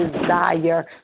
desire